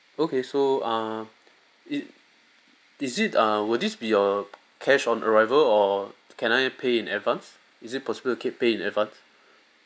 okay so uh is is it uh will this be a cash on arrival or can I pay in advance is it possible to pay in advance